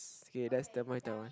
okay that's the monitor one